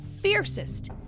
fiercest